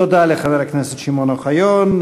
תודה לחבר הכנסת שמעון אוחיון.